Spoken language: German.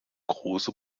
große